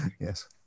Yes